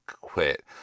Quit